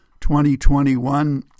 2021